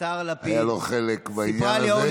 היה לו חלק בעניין הזה,